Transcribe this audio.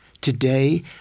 Today